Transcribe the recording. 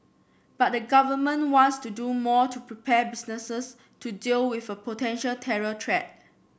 but the Government wants to do more to prepare businesses to deal with a potential terror threat